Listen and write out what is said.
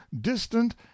distant